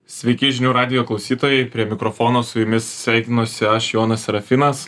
sveiki žinių radijo klausytojai prie mikrofono su jumis sveikinuosi aš jonas serafinas